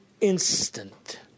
instant